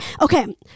okay